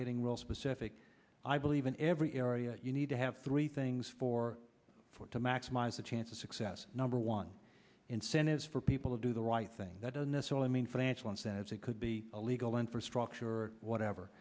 getting real specific i believe in every area you need to have three things for for to maximize the chance of success number one incentives for people to do the right thing that doesn't necessarily mean financial incentives it could be a legal infrastructure or whatever